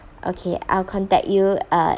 okay I'll contact you uh